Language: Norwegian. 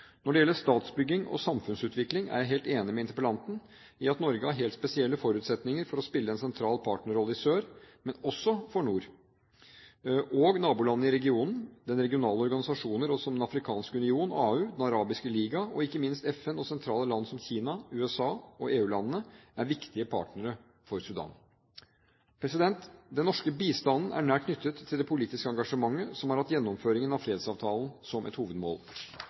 Når det gjelder statsbygging og samfunnsutvikling, er jeg helt enig med interpellanten i at Norge har helt spesielle forutsetninger for å spille en sentral partnerrolle i sør, men også for nord. Men også nabolandene i regionen og regionale organisasjoner som Den afrikanske union – AU – Den arabiske liga og ikke minst FN og sentrale land som Kina, USA og EU-landene er viktige partnere for Sudan. Den norske bistanden er nært knyttet til det politiske engasjementet som har hatt gjennomføringen av fredsavtalen som et hovedmål.